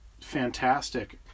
fantastic